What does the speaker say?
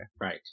Right